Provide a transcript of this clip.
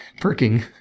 perking